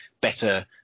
better